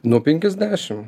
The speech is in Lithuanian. nuo penkiasdešim